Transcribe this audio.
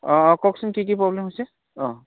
অঁ অঁ কওকচোন কি কি প্ৰব্লেম হৈছে অঁ